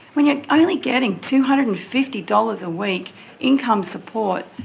when you are only getting two hundred and fifty dollars a week income support,